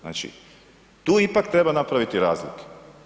Znači, tu ipak treba napraviti razlike.